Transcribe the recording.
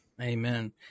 Amen